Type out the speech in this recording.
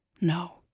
No